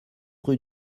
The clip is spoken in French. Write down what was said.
rue